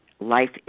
life